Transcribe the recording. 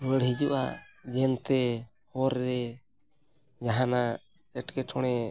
ᱨᱩᱣᱟᱹᱲ ᱦᱤᱡᱩᱜᱼᱟ ᱡᱮᱱᱛᱮ ᱦᱚᱨ ᱨᱮ ᱡᱟᱦᱟᱱᱟᱜ ᱮᱸᱴᱠᱮᱴᱚᱬᱮ